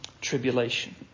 tribulation